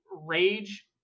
rage